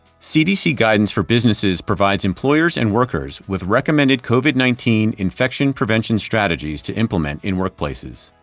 cdc guidance for businesses provides employers and workers with recommended covid nineteen infection prevention strategies to implement in workplaces.